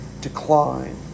decline